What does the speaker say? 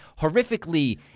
horrifically